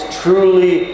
truly